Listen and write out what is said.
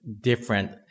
different